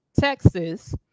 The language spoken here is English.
Texas